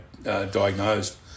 Diagnosed